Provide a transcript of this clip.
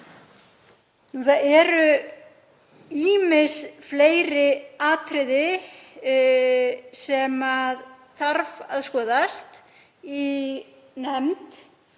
Það eru ýmis fleiri atriði sem þurfa að skoðast í nefnd.